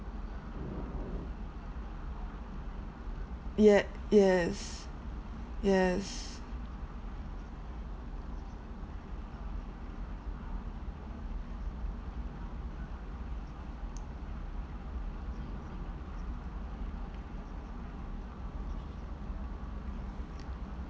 ye~ yes yes